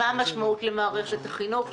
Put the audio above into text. מה המשמעות למערכת החינוך,